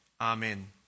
Amen